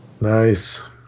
Nice